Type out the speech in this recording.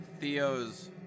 Theo's